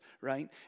right